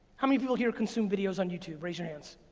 how many people here consume videos on youtube? raise your hands.